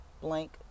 blank